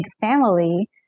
family